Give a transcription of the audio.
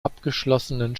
abgeschlossenen